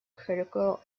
critical